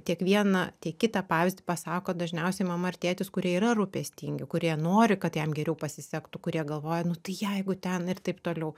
tiek vieną tiek kitą pavyzdį pasako dažniausiai mama ar tėtis kurie yra rūpestingi kurie nori kad jam geriau pasisektų kurie galvoja nu tai jeigu ten ir taip toliau